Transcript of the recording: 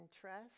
trust